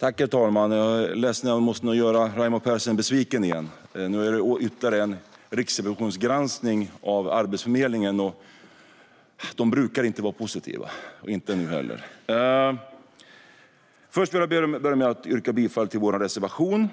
Herr talman! Jag är ledsen, men jag måste nog göra Raimo Pärssinen besviken igen. Nu gäller det ytterligare en riksrevisionsgranskning av Arbetsförmedlingen. De brukar inte vara positiva, och inte heller denna är det. Jag vill börja med att yrka bifall till vår reservation.